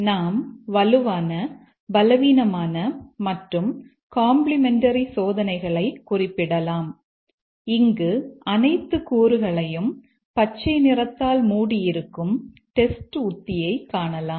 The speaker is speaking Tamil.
நாம் வலுவான பலவீனமான மற்றும் காம்பிளிமெண்டரி சோதனைகளை குறிப்பிடலாம் இங்கு அனைத்து கூறுகளையும் பச்சை நிறத்தால் மூடியிருக்கும் டெஸ்ட் உத்தியை காணலாம்